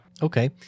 Okay